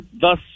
thus